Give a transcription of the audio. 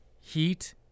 Heat